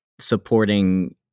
supporting